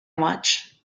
watch